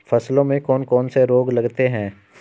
फसलों में कौन कौन से रोग लगते हैं?